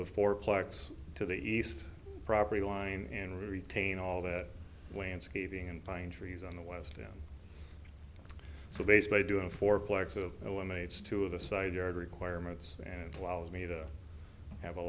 plex to the east property line and retain all that landscaping and pine trees on the west of the base by doing fourplex of the inmates two of the side yard requirements and allows me to have a